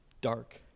dark